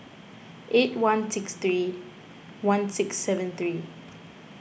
eight one six three one six seven three